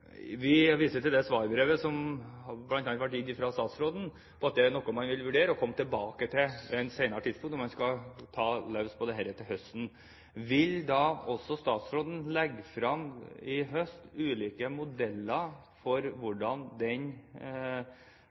Vi viser til det svarbrevet som ble sendt fra statsråden, om at det er noe man vil vurdere og komme tilbake til ved et senere tidspunkt, når man skal gå løs på dette til høsten. Vil statsråden i høst legge frem ulike modeller for hvordan